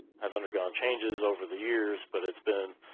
has undergone changes over the years but it's been